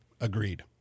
agreed